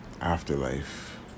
Afterlife